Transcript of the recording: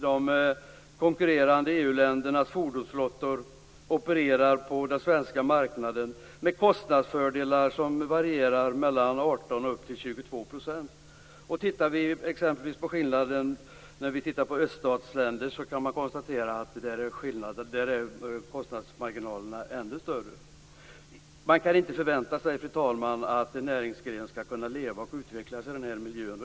De konkurrerande EU-ländernas fordonsflottor opererar på den svenska marknaden med kostnadsfördelar som varierar mellan 18 och 22 %. När det gäller öststatsländerna är kostnadsmarginalerna ännu större. Fru talman! Man kan inte förvänta sig att en näringsgren skall kunna leva och utvecklas i den här miljön.